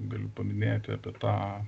galiu paminėti apie tą